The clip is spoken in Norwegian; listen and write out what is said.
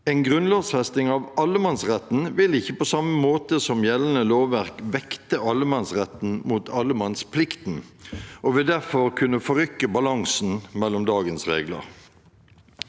(grunnlovfesting av allemannsretten) ikke på samme måte som gjeldende lovverk vekte allemannsretten mot allemannsplikten og vil derfor kunne forrykke balansen mellom dagens regler.